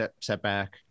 setback